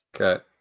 Okay